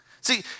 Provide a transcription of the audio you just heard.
See